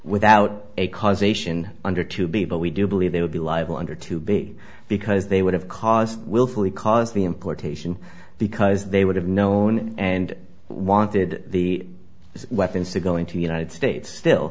without a causation under to be but we do believe they would be liable under to be because they would have cause willfully cause the importation because they would have known and wanted the weapons to go into united states still